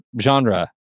genre